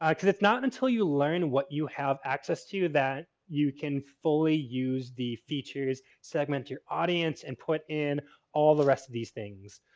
um because it's not until you learn what you have access to you that you can fully use the features, segment your audience, and put in all the rest of these things.